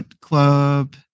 club